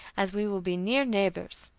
as we will be near neighbors.